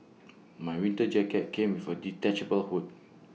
my winter jacket came with A detachable hood